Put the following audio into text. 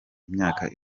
imyaka